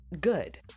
good